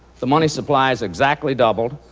the money supply has exactly doubled.